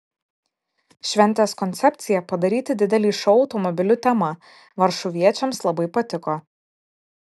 šventės koncepcija padaryti didelį šou automobilių tema varšuviečiams labai patiko